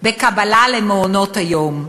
בקבלה למעונות-היום.